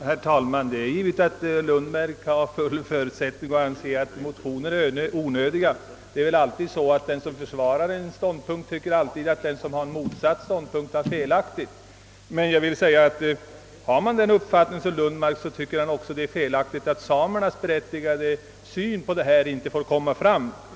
Herr talman! Givetvis kan herr Lundmark anse att motionen är onödig. Det är väl alltid så att den som försvarar en viss ståndpunkt tycker att den som intar motsatt ståndpunkt har fel. Men den uppfattning herr Lundmark redovisat måste även innebära att han finner det felaktigt att samernas berättigade synpunkter får komma till uttryck.